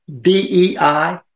DEI